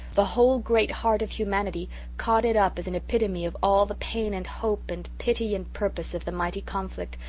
the whole great heart of humanity caught it up as an epitome of all the pain and hope and pity and purpose of the mighty conflict,